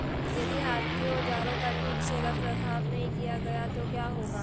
यदि हाथ के औजारों का ठीक से रखरखाव नहीं किया गया तो क्या होगा?